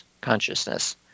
consciousness